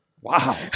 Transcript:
Wow